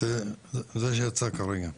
זה שיצא כרגע.